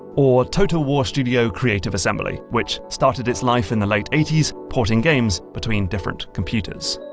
or total war studio creative assembly, which started its life in the late eighty s porting games between different computers.